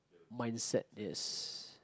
mindset yes